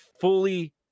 fully